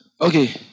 Okay